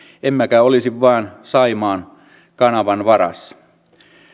emmekä olisi vain saimaan kanavan varassa